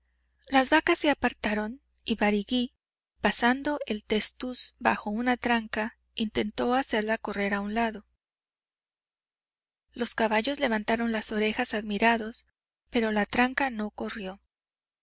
las vacas se apartaron y barigüí pasando el testuz bajo una tranca intentó hacerla correr a un lado los caballos levantaron las orejas admirados pero la tranca no corrió